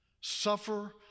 suffer